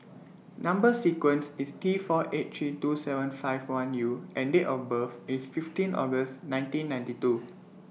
Number sequence IS T four eight three two seven five one U and Date of birth IS fifteen August nineteen ninety two